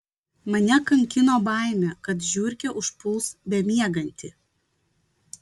mane kankino baimė kad žiurkė užpuls bemiegantį